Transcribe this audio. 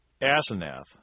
Asenath-